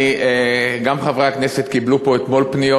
גם חברי הכנסת קיבלו פה אתמול פניות.